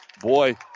boy